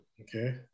Okay